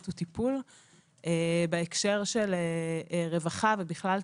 הוא טיפול בהקשר של רווחה ובכלל טיפולים.